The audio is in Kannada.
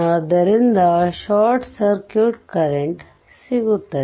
ಆದ್ದರಿಂದ ಶಾರ್ಟ್ ಸರ್ಕ್ಯೂಟ್ ಕರೆಂಟ್ ಸಿಗುತ್ತದೆ